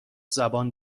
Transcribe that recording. زبان